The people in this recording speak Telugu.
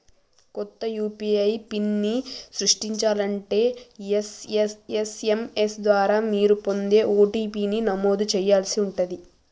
కొత్త యూ.పీ.ఐ పిన్ని సృష్టించాలంటే ఎస్.ఎం.ఎస్ ద్వారా మీరు పొందే ఓ.టీ.పీ ని నమోదు చేయాల్సి ఉంటాది